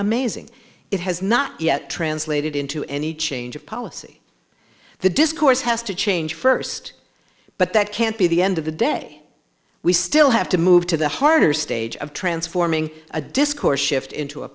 amazing it has not yet translated into any change of policy the discourse has to change first but that can't be the end of the day we still have to move to the harder stage of transforming a discourse shift into a